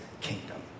kingdom